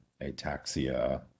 ataxia